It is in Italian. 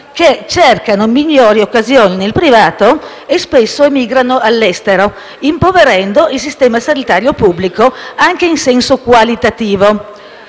che cercano migliori occasioni nel privato e spesso emigrano all'estero, impoverendo il Sistema sanitario nazionale anche in senso qualitativo.